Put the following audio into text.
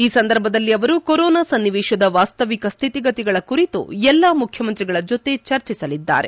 ಈ ಸಂದರ್ಭದಲ್ಲಿ ಅವರು ಕೊರೊನಾ ಸನ್ನಿವೇಶದ ವಾಸ್ತವಿಕದ ಸ್ಥಿತಿಗತಿಗಳ ಕುರಿತು ಎಲ್ಲಾ ಮುಖ್ಯಮಂತ್ರಿಗಳ ಜೊತೆ ಚರ್ಚಿಸಲಿದ್ದಾರೆ